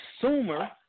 consumer